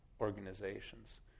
organizations